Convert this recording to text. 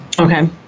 Okay